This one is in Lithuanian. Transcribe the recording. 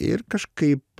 ir kažkaip